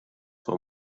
for